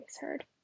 heard